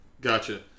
Gotcha